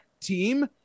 team